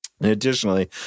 Additionally